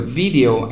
video